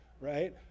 right